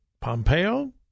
Pompeo